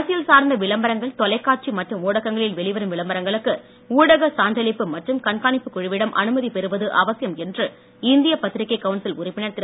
அரசியல் சார்ந்த விளம்பரங்கள் தொலைக்காட்சி மற்றும் ஊடகங்களில் வெளிவரும் விளம்பரங்களுக்கு ஊடக சான்றளிப்பு மற்றும் கண்காணிப்புக் குழுவிடம் அனுமதி பெறுவது அவசியம் என்று இந்திய பத்திரிக்கை கவுன்சில் உறுப்பினர் திரு